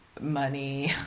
money